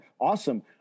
awesome